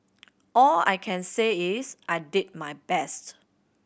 all I can say is I did my best